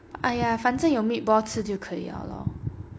!aiya! 反正有 meatball 吃就可以 liao lor